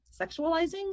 sexualizing